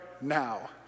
now